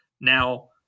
Now